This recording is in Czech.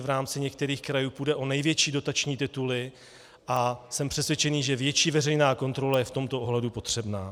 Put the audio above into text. V rámci některých krajů půjde o největší dotační tituly a jsem přesvědčen, že větší veřejná kontrola je v tomto ohledu potřebná.